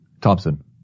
Thompson